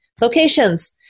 locations